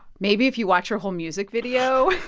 maybe if you watch her whole music video.